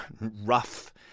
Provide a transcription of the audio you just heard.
rough